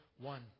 one